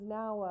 now